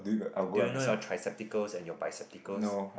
do you know your trisepticals and your bisepticals